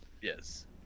Yes